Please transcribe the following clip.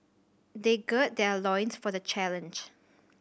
they gird their loins for the challenge